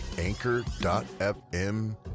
anchor.fm